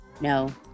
no